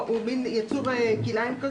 הוא יצור כלאיים.